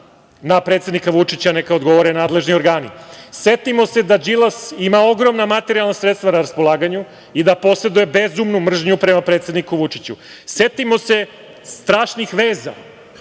na predsednika Vučića? Neka odgovore nadležni organi. Setimo se da Đilas ima ogromna materijalna sredstva na raspolaganju i da poseduje bezumnu mržnju prema predsedniku Vučiću. Setimo se strašnih veza